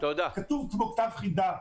כתוב כמו כתב חידה.